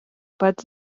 pat